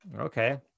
okay